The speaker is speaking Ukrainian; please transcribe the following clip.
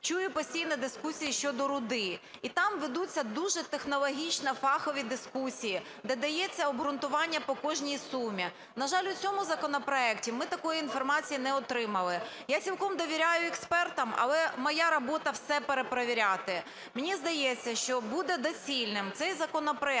Чую постійно дискусії щодо руди. І там ведуться дуже технологічно фахові дискусії, де дається обґрунтування по кожній сумі. На жаль, у цьому законопроекті ми такої інформації не отримали. Я цілком довіряю експертам, але моя робота – все перепровіряти. Мені здається, що буде доцільним цей законопроект